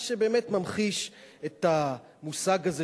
מה שבאמת ממחיש את המושג הזה,